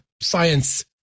science